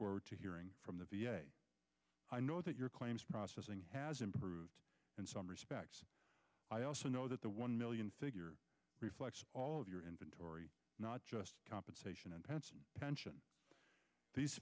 forward to hearing from the v a i know that your claims processing has improved in some respects i also know that the one million figure reflects all of your inventory not just compensation and pension pension